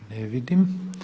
Ne vidim.